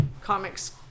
comics